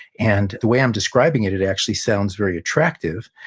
and the way i'm describing it, it actually sounds very attractive,